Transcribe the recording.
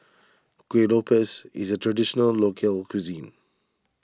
Kueh Lopes is a Traditional Local Cuisine